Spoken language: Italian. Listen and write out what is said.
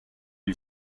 gli